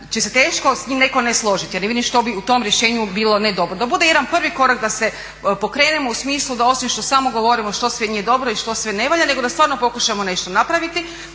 će se teško s njime netko ne složiti jer ne vidim što bi u tom rješenju bilo ne dobro. Da bude jedan prvi korak da se pokrenemo u smislu da osim što samo govorimo što sve nije dobro i što sve ne valja nego da stvarno pokušamo nešto napraviti.